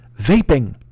vaping